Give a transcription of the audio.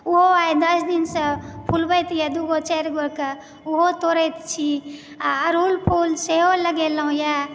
ओहो आइ दस दिन से फुलबैत यऽ दू गो चारि गो के ओहो तोड़ैत छी आ अरहुल फूल सेहो लगेलहुॅं यऽ